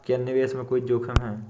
क्या निवेश में कोई जोखिम है?